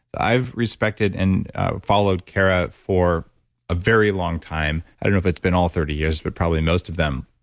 i've respected and followed kara for a very long time. i don't know if it's been all thirty years, but probably most of them.